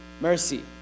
mercy